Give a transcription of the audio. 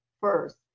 first